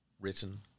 written